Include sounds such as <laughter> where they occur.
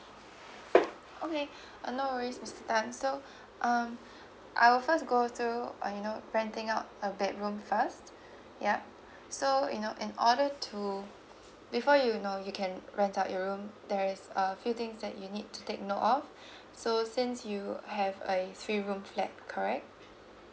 okay <breath> uh no worries mister tan so <breath> um <breath> I will first go through about you know renting out a bedroom first <breath> yup so you know in order to before you know you can rent out your room there is a few things that you need to take note of <breath> so since you have like three room flat correct